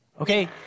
Okay